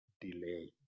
delay